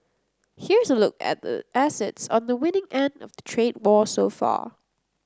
here's a look at the assets on the winning end of the trade war so far